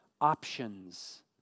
options